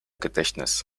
gedächtnis